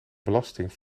belasting